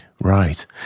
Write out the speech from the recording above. Right